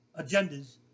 agendas